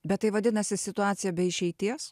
bet tai vadinasi situacija be išeities